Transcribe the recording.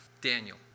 Daniel